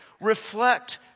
Reflect